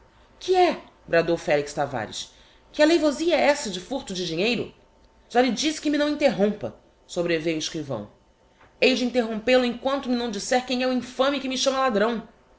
é bradou felix tavares que aleivosia é essa de furto de dinheiro já lhe disse que me não interrompa sobreveio o escrivão hei de interrompel o em quanto me não disser quem é o infame que me chama ladrão